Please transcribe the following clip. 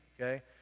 okay